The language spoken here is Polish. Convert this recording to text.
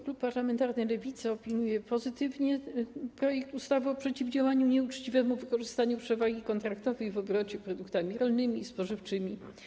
Klub Parlamentarny Lewica opiniuje pozytywnie projekt ustawy o przeciwdziałaniu nieuczciwemu wykorzystywaniu przewagi kontraktowej w obrocie produktami rolnymi i spożywczymi.